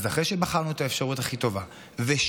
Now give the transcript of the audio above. אחרי שבחרנו את האפשרות הכי טובה ושקלנו